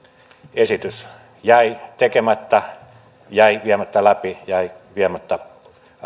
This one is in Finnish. esitys jäi tekemättä jäi viemättä läpi jäi viemättä